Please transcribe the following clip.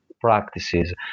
practices